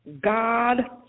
God